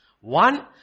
One